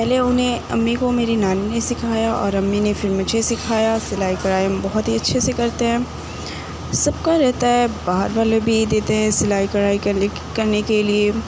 پہلے اُنہیں امّی کو میری نانی نے سکھایا اور امّی نے پھر مجھے سکھایا سلائی کڑھائی میں بہت ہی اچھے سے کرتے ہیں سب کا رہتا ہے باہر والے بھی دیتے ہیں سلائی کڑھائی کرنے کے لیے